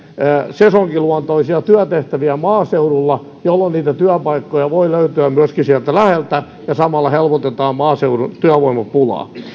sesonkiluontoisia työtehtäviä maaseudulla jolloin niitä työpaikkoja voi löytyä myöskin sieltä läheltä ja samalla helpotetaan maaseudun työvoimapulaa